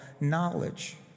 knowledge